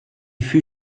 fut